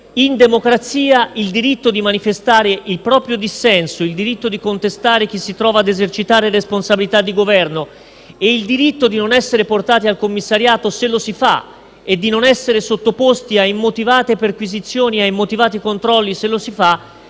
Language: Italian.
in democrazia il diritto di manifestare il proprio dissenso, il diritto di contestare chi si trova a esercitare responsabilità di Governo e il diritto di non essere portati al commissariato e di non essere sottoposti a immotivate perquisizioni e a immotivati controlli se lo si fa,